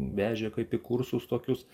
vežė kaip į kursus tokius